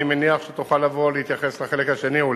אני מניח שתוכל לבוא להתייחס לחלק השני.